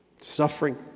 Suffering